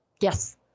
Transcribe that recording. Yes